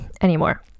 anymore